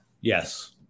Yes